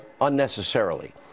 unnecessarily